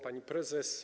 Pani Prezes!